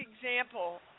example